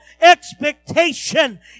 expectation